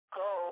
go